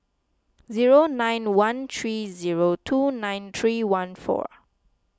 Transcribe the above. zero nine one three zero two nine three one four